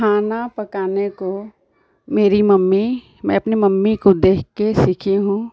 खाना पकाने को मेरी मम्मी मैं अपनी मम्मी को देखकर सीखी हूँ